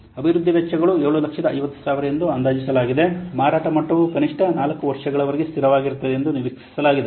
ಅಭಿವೃದ್ಧಿ ವೆಚ್ಚಗಳು 750000 ಎಂದು ಅಂದಾಜಿಸಲಾಗಿದೆ ಮಾರಾಟ ಮಟ್ಟವು ಕನಿಷ್ಠ 4 ವರ್ಷಗಳವರೆಗೆ ಸ್ಥಿರವಾಗಿರುತ್ತದೆ ಎಂದು ನಿರೀಕ್ಷಿಸಲಾಗಿದೆ